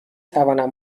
توانم